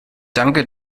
danke